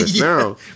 now